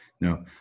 no